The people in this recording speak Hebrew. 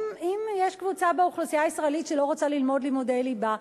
אם יש קבוצה באוכלוסייה הישראלית שלא רוצה ללמוד לימודי ליבה,